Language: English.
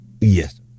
Yes